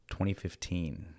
2015